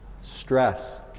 stress